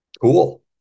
cool